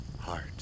Heart